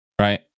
right